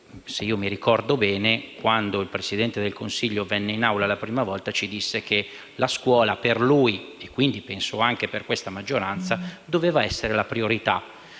se ben ricordo, quando il Presidente del Consiglio venne in Aula la prima volta ci disse che la scuola per lui - e quindi penso anche per questa maggioranza - doveva essere la priorità.